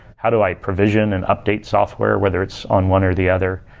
how do i provision and update software, whether it's on one or the other?